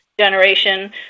generation